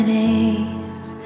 days